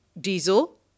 diesel